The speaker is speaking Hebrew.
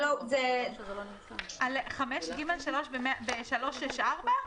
(5)(ג3) ב-364?